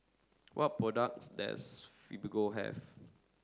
what products does Fibogel have